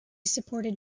supported